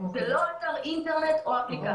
אבל לי אין אותו אצלי כרגע.